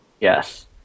Yes